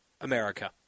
America